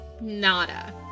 Nada